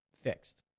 fixed